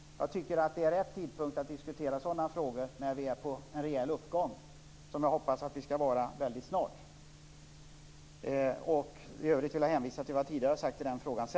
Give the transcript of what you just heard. Jag tycker att det är rätt tidpunkt att diskutera sådana frågor när vi är inne i en reell uppgång, vilket jag hoppas att vi skall vara rätt snart. I övrigt vill jag hänvisa till vad jag tidigare har sagt i den frågan.